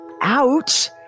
Ouch